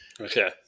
Okay